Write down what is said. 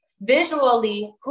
visually